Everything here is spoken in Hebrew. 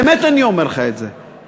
באמת אני אומר לך את זה,